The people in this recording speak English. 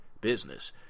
business